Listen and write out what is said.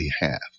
behalf